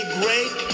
great